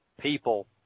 people